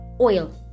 oil